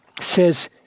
says